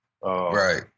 right